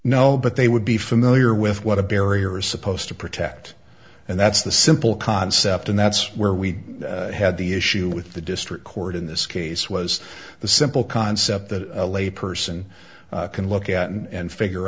no but they would be familiar with what a barrier is supposed to protect and that's the simple concept and that's where we had the issue with the district court in this case was the simple concept that a lay person can look at and figure